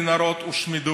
עשר מנהרות הושמדו,